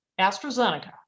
AstraZeneca